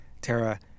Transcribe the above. Tara